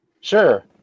sure